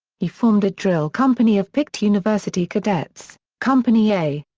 he formed a drill company of picked university cadets, company a.